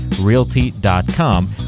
realty.com